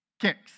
kicks